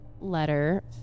letter